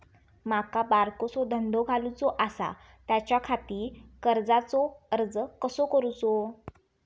माका बारकोसो धंदो घालुचो आसा त्याच्याखाती कर्जाचो अर्ज कसो करूचो?